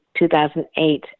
2008